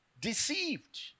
Deceived